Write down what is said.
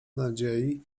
nadziei